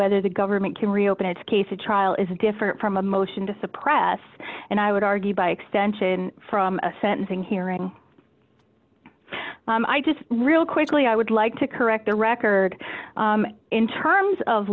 whether the government can reopen its case a trial is different from a motion to suppress and i would argue by extension from a sentencing hearing i just real quickly i would like to correct the record in terms of